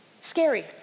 Scary